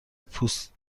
پوست